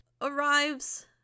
arrives